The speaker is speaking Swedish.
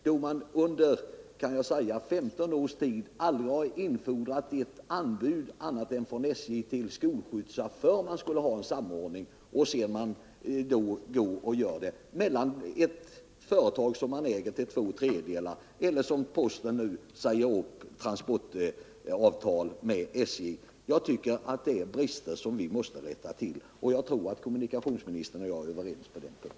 När man under 15 års tid aldrig har infordrat ett anbud annat än från SJ till skolskjutsar — för att det skulle vara samordning — blir man besviken när SJ överlåter godstransporterna till ett företag som SJ äger till två tredjedelar eller när postverket nu säger upp transportavtal med SJ. Båda dessa händelser minskar underlaget för järnvägen. Jag tycker att det är brister som vi måste rätta till, och jag tror att kommunikationsministern och jag är överens på den punkten.